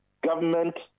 government